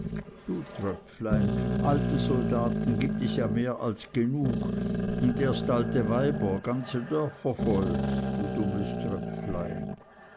du tröpflein alte soldaten gibt es ja mehr als genug und erst alte weiber ganze dörfer voll du dummes tröpflein